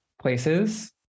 places